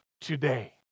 today